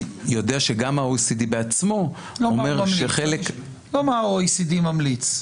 יודע שגם ה-OECD בעצמו אומר שחלק --- לא מה ה-OECD ממליץ.